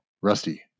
Rusty